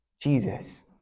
Jesus